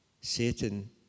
Satan